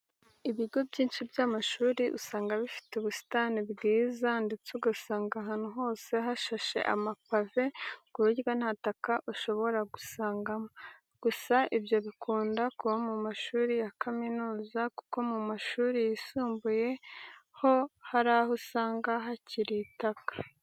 Ibigo byinshi by'amashuri usanga bifite ubusitani bwiza ndetse ugasanga ahantu hose hasashe amapave ku buryo nta taka ushobora gusangamo. Gusa ibyo bikunda kuba mu mashuri ya kaminuza kuko mu mashuri yisumbuye ho hari aho usanga hasi hakiri itaka.